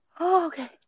okay